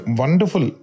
wonderful